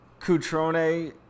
Coutrone